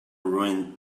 ruin